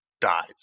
dies